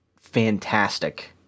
fantastic